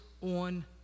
on